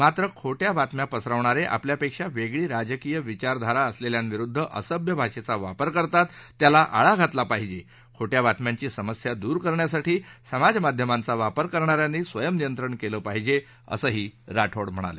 मात्र खोडी बातम्या पसरवणारे आपल्यापेक्षा वेगळी राजकीय विचारधार असलेल्यांविरुद्ध असभ्य भाषेचा वापर करतात त्याला आळा घातला पाहिजे खोज्ञा बातम्यांची समस्या दूर करण्यासाठी समाजमाध्यमांचा वापर करणा यांनी स्वयंनियंत्रण केलं पहिजे असंही राठोड म्हणाले